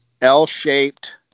L-shaped